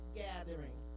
gathering